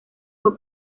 fue